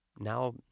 Now